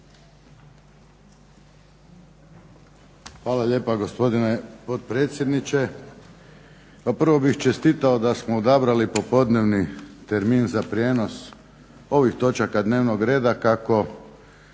Hvala lijepa gospodine potpredsjedniče. Pa prvo bih čestitao da smo odabrali popodnevni termin za prijenos ovih točaka dnevnog reda kako